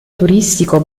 turistico